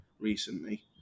recently